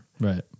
Right